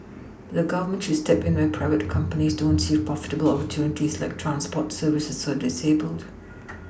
but the Government should step in where private companies don't see profitable opportunities like transport services for the disabled